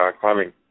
climbing